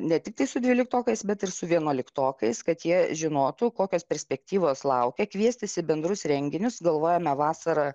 ne tiktai su dvyliktokais bet ir su vienuoliktokais kad jie žinotų kokios perspektyvos laukia kviestis į bendrus renginius galvojame vasarą